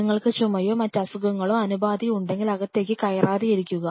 നിങ്ങള്ക്ക് ചുമയോ മറ്റ് അസുഖകളോ അണുബാധയോ ഉണ്ടെങ്കിൽ അകത്തേക്ക് കയറാതെയിരിക്കുക